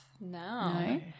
No